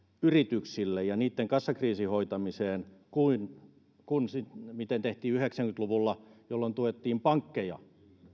yrityksille ja niitten kassakriisin hoitamiseen kuin se miten tehtiin yhdeksänkymmentä luvulla jolloin tuettiin pankkeja